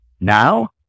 now